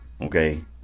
Okay